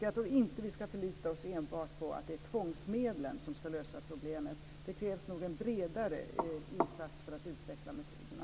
Jag tror inte att vi enbart ska förlita oss på att det är tvångsmedlen som ska lösa problemet. Det krävs nog en bredare insats för att utveckla metoderna.